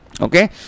okay